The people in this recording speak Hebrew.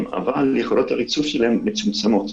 אבל יכולות הריצוף שלהם מצומצמות.